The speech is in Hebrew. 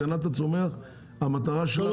רפורמת הגנת הצומח המטרה שלה --- לא,